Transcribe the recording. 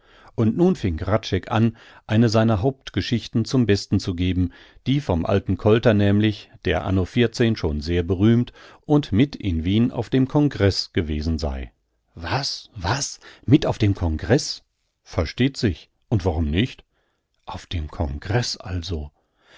und nun fing hradscheck an eine seiner hauptgeschichten zum besten zu geben die vom alten kolter nämlich der anno schon sehr berühmt und mit in wien auf dem kongreß gewesen sei was was mit auf dem kongreß versteht sich und warum nicht auf dem kongreß also